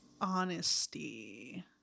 Honesty